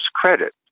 credit